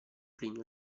plinio